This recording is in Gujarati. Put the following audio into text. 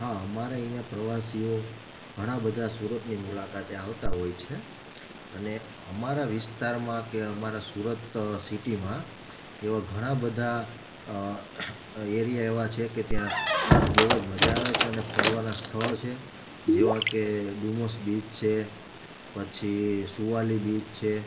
હા અમારે અહીંયાં પ્રવાસીઓ ઘણા બધા સુરત ની મુલાકાતે આવતા હોય છે અને અમારા વિસ્તારમાં કે અમારા સુરત સિટીમાં એવા ઘણા બધા એરિયા એવા છે કે ત્યાં બહુ જ મજા આવે છે અને ફરવાના સ્થળ છે જેવા કે ડુમસ બીચ છે પછી સુવાલી બીચ છે